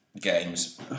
Games